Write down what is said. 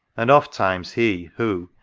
and oft-times he, who,